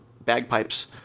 bagpipe's